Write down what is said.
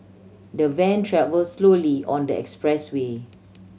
the van travel slowly on the expressway